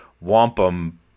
wampum